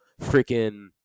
freaking